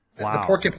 Wow